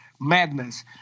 Madness